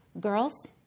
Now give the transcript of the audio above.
Girls